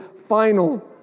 final